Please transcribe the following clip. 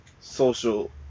social